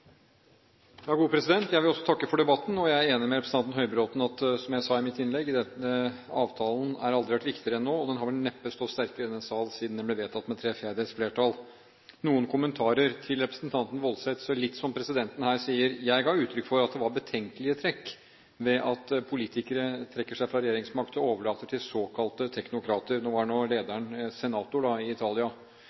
Jeg vil også takke for debatten. Jeg er enig med representanten Høybråten i, som jeg sa i mitt innlegg, at avtalen har aldri vært viktigere enn nå, og den har vel neppe stått sterkere i denne sal siden den ble vedtatt med tre fjerdedels flertall. Noen kommentarer til representanten Woldseth – litt som presidenten her sier: Jeg ga uttrykk for at det var betenkelige trekk ved at politikere trekker seg fra regjeringsmakt og overlater den til såkalte teknokrater – nå var vel lederen senator i Italia